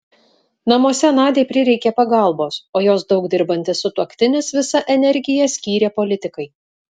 namuose nadiai prireikė pagalbos o jos daug dirbantis sutuoktinis visą energiją skyrė politikai